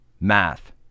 math